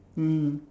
mm